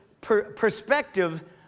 perspective